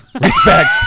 Respect